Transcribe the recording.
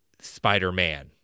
Spider-Man